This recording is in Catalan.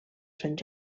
sant